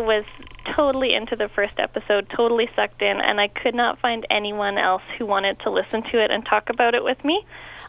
was totally into the first episode totally sucked in and i could not find anyone else who wanted to listen to it and talk about it with me